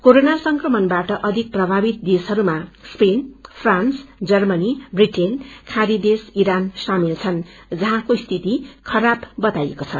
corona संक्रमणबाट अधिक प्रभावित देशहरूमा स्पेन फ्रान्स जर्मनी ब्रिटेन खाड़ी देश इरान सामेल छनृं जहाँको स्थिति खराब बताईएको छ